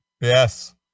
Yes